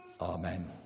Amen